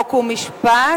חוק ומשפט,